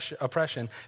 oppression